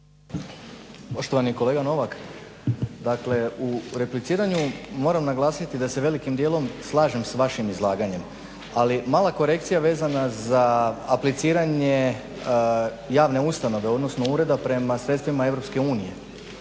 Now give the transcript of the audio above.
Poštovani kolega Novak dakle u repliciranju moram naglasiti da se velikim dijelom slažem s vašim izlaganjem, ali mala korekcija vezana za apliciranje javne ustanove odnosno ureda prema sredstvima EU.